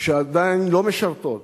שעדיין לא משרתות,